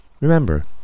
Remember